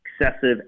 excessive